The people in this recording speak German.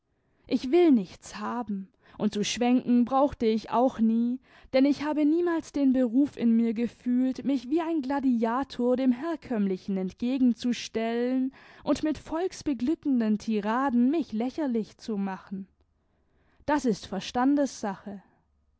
ich will nichts haben und zu schwenken brauchte ich auch nie denn ich habe niemals den beruf in mir gefühlt mich wie ein gladiator dem herkömmlichen entgegenzustellen und mit volksbeglückenden tiraden mich lächerlich zu machen das ist